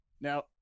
now